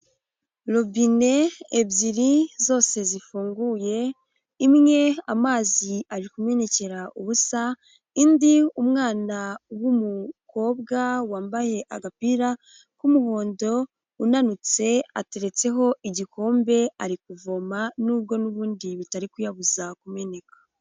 Robine ebyiri zose zifunguye, imwe amazi ari kumenekera ubusa, indi umwana w'umukobwa wambaye agapira k'umuhondo unanutse ateretseho igikombe ari kuvoma, nubwo n'ubundi bitari kuyabuza kumeneka.